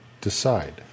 decide